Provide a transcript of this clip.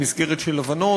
במסגרת של הבנות.